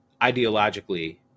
ideologically